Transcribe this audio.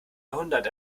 jahrhundert